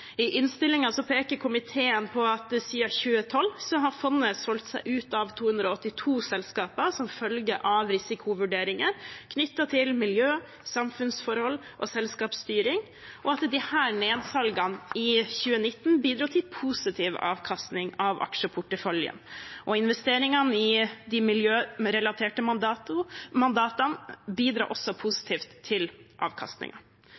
I innstillingen peker komiteen på at «fondet siden 2012 har solgt seg ut av 282 selskaper som følge av risikovurderinger knyttet til miljø, samfunnsforhold og selskapsstyring, og at disse nedsalgene i 2019 bidro positivt til avkastningen av aksjeporteføljen. Investeringene i de miljørelaterte mandatene